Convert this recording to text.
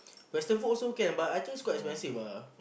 western food also can but I think it's quite expensive ah